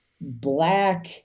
black